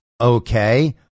okay